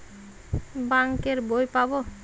Bank এর বই পাবো?